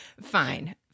fine